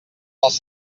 dels